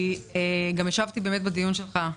השתתפתי גם בדיון בראשותך,